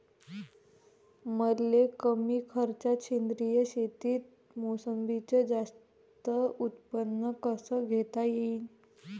मले कमी खर्चात सेंद्रीय शेतीत मोसंबीचं जास्त उत्पन्न कस घेता येईन?